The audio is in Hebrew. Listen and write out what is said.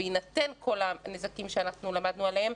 בהינתן כל הנזקים שאנחנו למדנו עליהם,